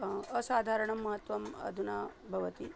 असाधारणं महत्वम् अधुना भवति